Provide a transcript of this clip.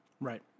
Right